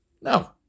No